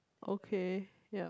okay ya